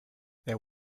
there